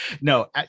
No